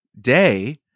day